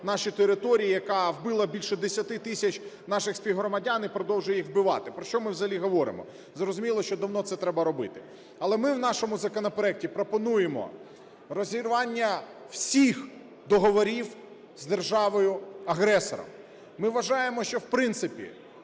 наші території, яка вбила більше 10 тисяч наших співгромадян і продовжує їх вбивати? Про що ми взагалі говоримо? Зрозуміло, що давно це треба робити. Але ми в нашому законопроекті пропонуємо розірвання всіх договорів з державою-агресором. Ми вважаємо, що в принципі